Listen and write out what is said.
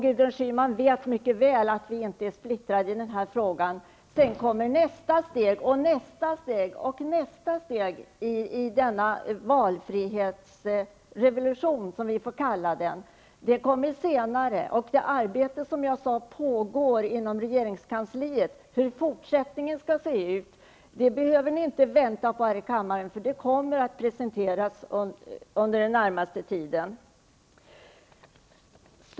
Gudrun Schyman vet mycket väl att vi inte är splittrade i den här frågan. Sedan kommer nästa steg, nästa steg och nästa steg i denna valfrihetsrevolution, som vi får kalla den. Det kommer senare, och det arbete som pågår inom regeringskansliet med att planera fortsättningen behöver ni inte vänta på här i kammaren, för det kommer att presenteras under den närmaste tiden.